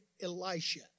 Elisha